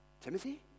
Timothy